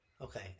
Okay